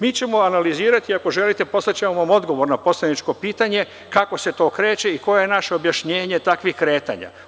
Mi ćemo analizirati, ako želite, poslaćemo vam odgovor na poslaničko pitanje kako se to kreće i koje je naše objašnjenje takvih kretanja.